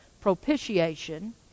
propitiation